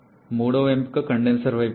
మూడవ ఎంపిక కండెన్సర్ వైపు ఉంది